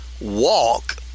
walk